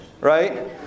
right